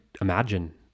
imagine